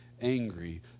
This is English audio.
angry